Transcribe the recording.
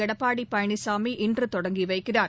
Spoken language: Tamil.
எடப்பாடி பழனிசாமி இன்று தொடங்கி வைக்கிறார்